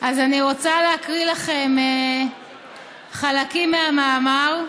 אז אני רוצה להקריא לכם חלקים מהמאמר.